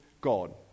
God